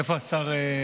איפה השר?